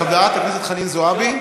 חברת הכנסת חנין זועבי,